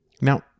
Now